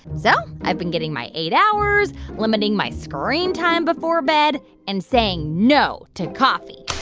so, i've been getting my eight hours, limiting my screen time before bed and saying no to coffee